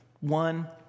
One